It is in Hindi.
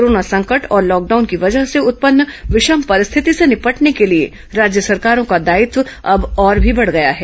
कोरोना संकट और लाकडाउन की वजह से उत्पन्न विषम परिस्थिति से निपटने को लिए राज्य सरकारों का दायित्व अब और भी बढ गया है